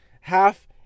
half